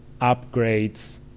upgrades